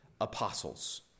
apostles